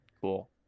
cool